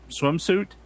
swimsuit